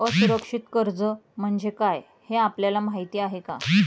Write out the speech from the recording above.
असुरक्षित कर्ज म्हणजे काय हे आपल्याला माहिती आहे का?